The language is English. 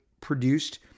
produced